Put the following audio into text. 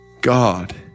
God